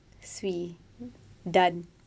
swee done